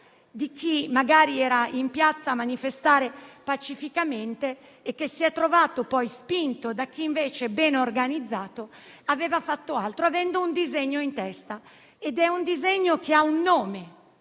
di chi magari era in piazza a manifestare pacificamente e si è trovato poi spinto da chi invece, ben organizzato, aveva un altro disegno in testa. Un disegno che ha un nome